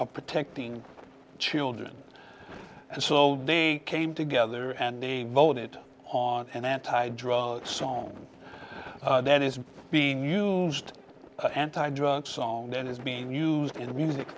protecting children and so they came together and they voted on an anti drug song that is being used anti drug song that is being used in the music